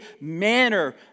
manner